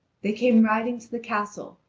they came riding to the castle,